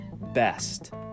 best